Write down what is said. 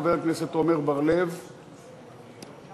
חבר הכנסת עמר בר-לב, איננו.